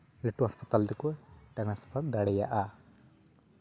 ᱞᱟᱹᱴᱩ ᱦᱟᱥᱯᱟᱛᱟᱞ ᱛᱮᱠᱚ ᱴᱨᱟᱱᱥᱯᱟᱨ ᱫᱟᱲᱮᱭᱟᱜᱼᱟ